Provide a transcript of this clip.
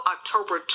October